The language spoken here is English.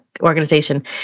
organization